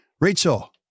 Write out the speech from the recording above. Rachel